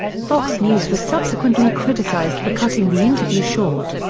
fox news was subsequently criticized for cutting the interview short.